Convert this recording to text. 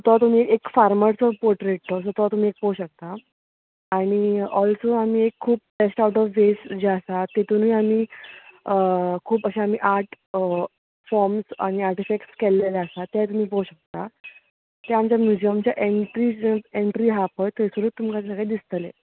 तो तुमी एक फार्मा ठूर पोट्रेट सो तो तुमी पळोव शकता आनी ओल्सो आमी एक खूब बेस्ट आवट ऑफ वेस्ट जें आसा तेतुंनूय आमी खूब अशें आमी आर्ट फोर्म्स आनी आर्टिफेकट्स केल्ले आसा ते तुमी पळोव शकता ते आमच्या म्युजियमची एंट्रीक जर एंट्री हा पळय थंयसरूच तुमकां सगळें दिसतलें